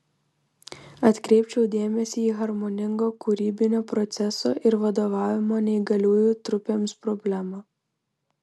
atkreipčiau dėmesį į harmoningo kūrybinio proceso ir vadovavimo neįgaliųjų trupėms problemą